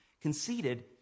conceded